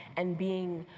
and being